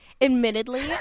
Admittedly